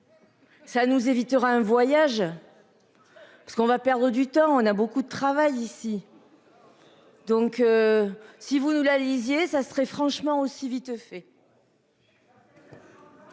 Ça nous évitera un voyage. Parce qu'on va perdre du temps, on a beaucoup de travail ici. Donc. Si vous la lisiez ça serait franchement aussi vite fait.